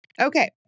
Okay